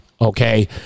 Okay